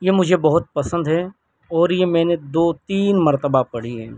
یہ مجھے بہت پسند ہے اور یہ میں نے دو تین مرتبہ پڑھی ہے